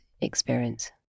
experience